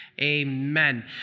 Amen